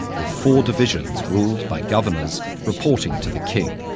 with four divisions ruled by governors reporting to the king.